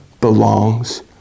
belongs